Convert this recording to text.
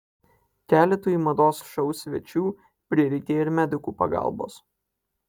keletui mados šou svečių prireikė ir medikų pagalbos